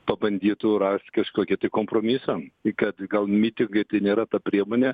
pabandytų rast kažkokį tai kompromisą kad gal mitingai tai nėra ta priemonė